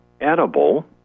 edible